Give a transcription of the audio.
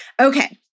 Okay